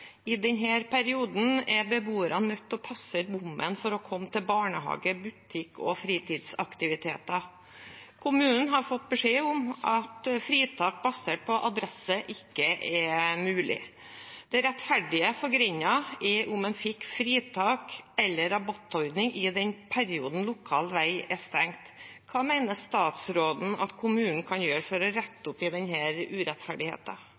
i tre år. I denne perioden er beboerne nødt til å passere bommen for å komme til barnehage, butikk eller fritidsaktiviteter. Kommunen har fått beskjed om at fritak basert på adresse ikke er mulig. Det rettferdige for denne grenda er om en fikk fritak eller rabattordning i den perioden lokalvei er stengt. Hva mener statsråden kommunen kan gjøre for å